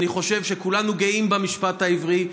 אני חושב שכולנו גאים במשפט העברי.